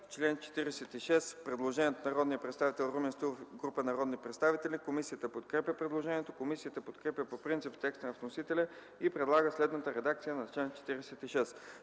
Чл. 46 – предложение от народния представител Румен Стоилов и група народни представители. Комисията подкрепя предложението. Комисията подкрепя по принцип текста на вносителя и предлага следната редакция на чл. 46: